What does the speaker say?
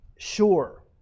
Sure